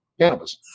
cannabis